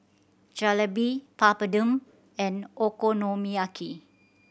Jalebi Papadum and Okonomiyaki